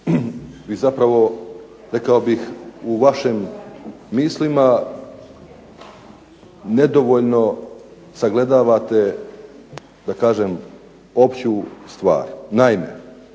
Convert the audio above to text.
Vi zapravo, rekao bih, u vašim mislima nedovoljno sagledavate, da kažem, opću stvar. Naime,